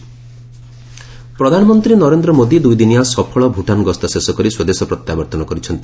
PM Bhutan ପ୍ରଧାନମନ୍ତ୍ରୀ ନରେନ୍ଦ୍ର ମୋଦି ଦୁଇଦିନିଆ ସଫଳ ଭୁଟାନ୍ ଗସ୍ତ ଶେଷ କରି ସ୍ୱଦେଶ ପ୍ରତ୍ୟାବର୍ତ୍ତନ କରିଛନ୍ତି